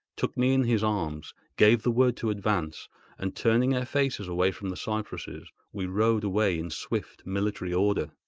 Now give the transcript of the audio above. took me in his arms, gave the word to advance and, turning our faces away from the cypresses, we rode away in swift, military order.